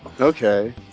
Okay